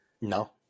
No